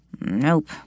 Nope